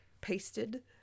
pasted-